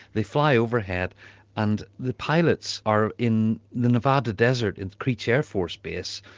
they fly overhead and the pilots are in the nevada desert at creech air force base,